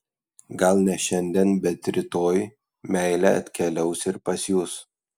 gal ne šiandien bet rytoj meilė atkeliaus ir pas jus